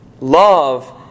Love